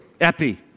Epi